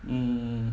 mm